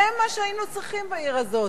זה מה שהיינו צריכים בעיר הזאת.